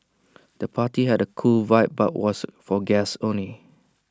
the party had A cool vibe but was for guests only